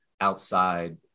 outside